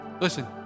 Listen